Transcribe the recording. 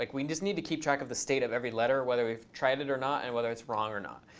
like we just need to keep track of the state of every letter, whether we've tried it or not, and whether it's wrong or not.